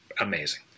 Amazing